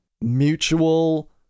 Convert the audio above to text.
mutual